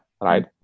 right